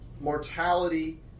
mortality